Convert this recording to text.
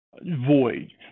void